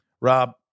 Rob